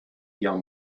guerre